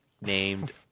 named